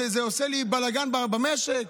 זה עושה לי בלגן במשק.